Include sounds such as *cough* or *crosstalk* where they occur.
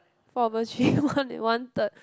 four over three *laughs* more than one third